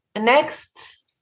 next